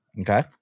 okay